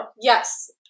Yes